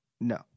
No